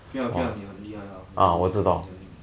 okay okay lah 你很厉害 lah very good ah 你很